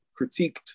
critiqued